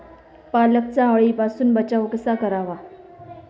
पालकचा अळीपासून बचाव कसा करावा?